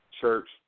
church